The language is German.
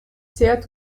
sehr